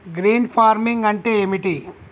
Green farming అంటే ఏమిటి?